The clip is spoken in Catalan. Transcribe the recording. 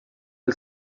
del